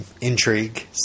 intrigue